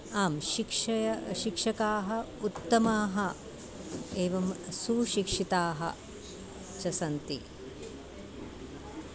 आं शिक्षया शिक्षकाः उत्तमाः एवं सुशिक्षिताः च सन्ति